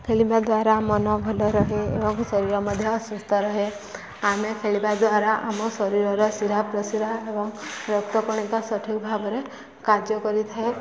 ଖେଳିବା ଦ୍ୱାରା ମନ ଭଲ ରହେ ଏବଂ ଶରୀର ମଧ୍ୟ ସୁସ୍ଥ ରହେ ଆମେ ଖେଳିବା ଦ୍ୱାରା ଆମ ଶରୀରର ଶିରା ପ୍ରଶିରା ଏବଂ ରକ୍ତକଣିକା ସଠିକ୍ ଭାବରେ କାର୍ଯ୍ୟ କରିଥାଏ